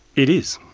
it is.